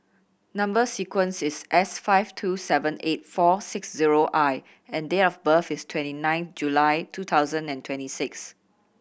number sequence is S five two seven eight four six zero I and date of birth is twenty nine July two thousand and twenty six